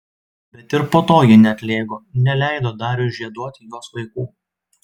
bet ir po to ji neatlėgo neleido dariui žieduoti jos vaikų